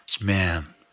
man